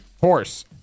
Horse